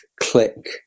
click